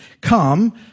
come